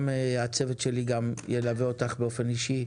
והצוות שלי גם ילווה אותך באופן אישי.